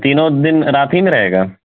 تینوں دِن رات ہی میں رہے گا